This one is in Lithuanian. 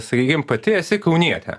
sakykim pati esi kaunietė